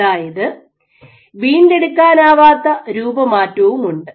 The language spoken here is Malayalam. അതായത് വീണ്ടെടുക്കാനാവാത്ത രൂപമാറ്റവുമുണ്ട്